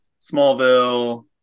Smallville